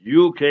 UK